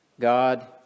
God